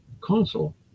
console